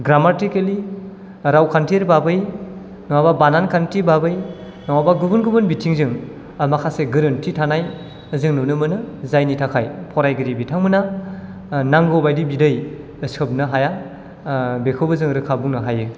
ग्रामाथिकेलि रावखान्थि बाबै नङाबा बानान खान्थि बाबै नङाबा गुबुन गुबुन बिथिंजों आरो माखासे गोरोन्थि थानाय जों नुनो मोनो जायनि थाखाय फरायगिरि बिथांमोना नांगौबादि बिदै सोबनो हाया बेखौबो जों रोखा बुंनो हायो